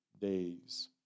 days